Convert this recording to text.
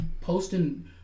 posting